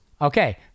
Okay